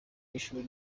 y’ishuri